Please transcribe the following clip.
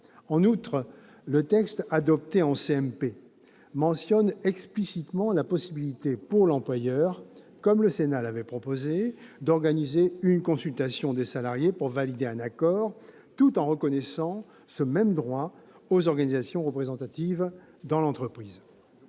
En outre, le texte adopté en CMP mentionne explicitement la possibilité pour l'employeur, comme le Sénat l'avait proposé, d'organiser une consultation des salariés pour valider un accord, tout en reconnaissant ce même droit aux organisations représentatives dans l'entreprise.